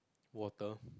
water